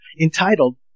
entitled